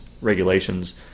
regulations